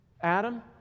Adam